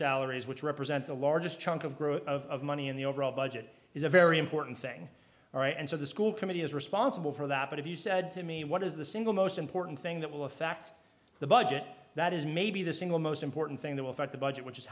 salaries which represent the largest chunk of growth of money in the overall budget is a very important thing all right and so the school committee is responsible for that but if you said to me why is the single most important thing that will affect the budget that is maybe the single most important thing that will affect the budget which is